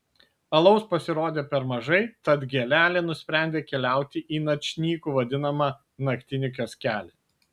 alaus pasirodė per mažai tad gėlelė nusprendė keliauti į načnyku vadinamą naktinį kioskelį